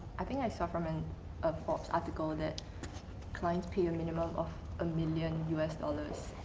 i think i saw from and a forbes article that clients pay a minimum of a million us dollars,